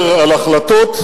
אתה מדבר על החלטות,